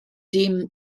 dim